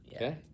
Okay